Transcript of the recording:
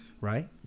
Right